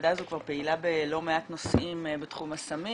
פעילה בלא מעט נושאים בתחום הסמים,